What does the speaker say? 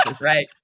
right